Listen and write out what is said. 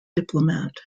diplomat